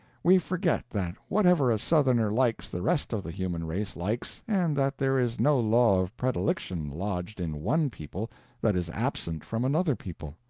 we forget that whatever a southerner likes the rest of the human race likes, and that there is no law of predilection lodged in one people that is absent from another people.